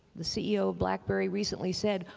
the ceo of blackberry recently said,